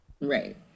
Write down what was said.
Right